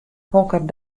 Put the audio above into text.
hokker